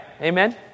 Amen